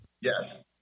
Yes